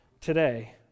today